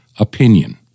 opinion